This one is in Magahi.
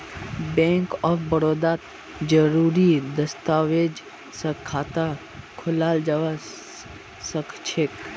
बैंक ऑफ बड़ौदात जरुरी दस्तावेज स खाता खोलाल जबा सखछेक